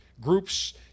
Groups